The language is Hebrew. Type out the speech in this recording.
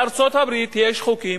בארצות-הברית יש חוקים,